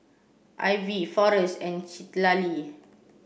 Ivie Forrest and Citlali